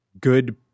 good